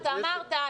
אתה אמרת,